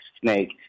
snake